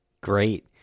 Great